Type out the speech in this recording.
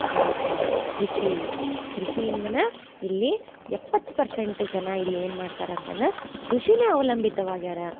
ರೈತ ಕೃಷಿ ಕೃಷಿಯಿಂದನೆ ಇಲ್ಲಿ ಎಪ್ಪತ್ತು ಪರ್ಸಂಟ್ ಜನ ಇಲ್ಲಿ ಏನು ಮಾಡ್ತಾರೆ ಅಂತಂದ್ರೆ ಕೃಷಿನೇ ಅವಲಂಬಿತವಾಗ್ಯಾರ